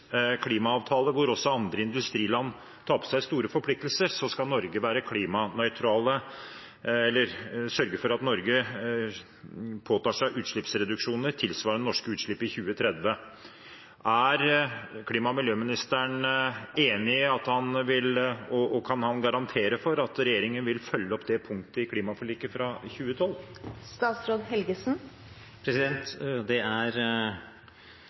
klimaavtale hvor også andre industriland tar på seg store forpliktelser, skal Norge være klimanøytrale eller sørge for å påta seg utslippsreduksjoner tilsvarende norske utslipp i 2030. Er klima- og miljøministeren enig, og kan han garantere for at regjeringen vil følge opp det punktet i klimaforliket fra 2012? Det er helt klart at vi i Paris har fått en avtale som er